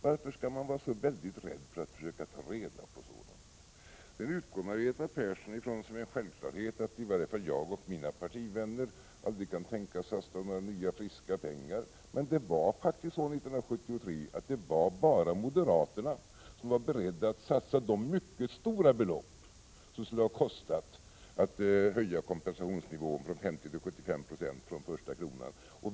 Varför är man så rädd för att försöka ta reda på något? Margareta Persson utgår ifrån, som en självklarhet, att i varje fall jag och mina partivänner aldrig kan tänka oss att satsa några nya friska pengar. Men 1973 var det bara moderaterna som var beredda att satsa de mycket stora belopp som det skulle ha kostat att höja kompensationsnivån från första kronan från 50 till 75 96.